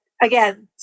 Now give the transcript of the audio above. again